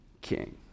king